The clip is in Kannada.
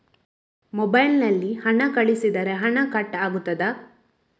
ಮೊಬೈಲ್ ನಲ್ಲಿ ಹಣ ಕಳುಹಿಸಿದರೆ ಹಣ ಕಟ್ ಆಗುತ್ತದಾ?